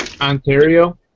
Ontario